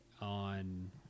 on